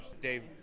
Dave